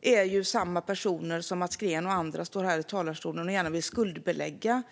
är ju samma personer som Mats Green och andra står här i talarstolen och gärna vill skuldbelägga.